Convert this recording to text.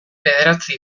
bederatzi